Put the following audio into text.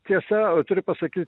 tiesa turiu pasakyt